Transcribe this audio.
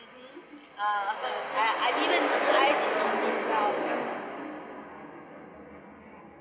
mmhmm uh I I din't I